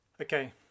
Okay